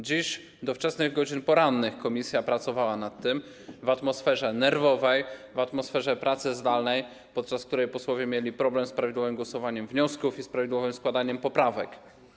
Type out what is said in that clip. Dziś komisja do wczesnych godzin porannych pracowała nad tym w atmosferze nerwowej, atmosferze pracy zdalnej, podczas której posłowie mieli problem z prawidłowym głosowaniem nad wnioskami i z prawidłowym składaniem poprawek.